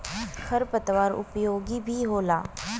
खर पतवार उपयोगी भी होला